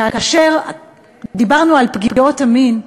כאשר דיברנו על פגיעות המין,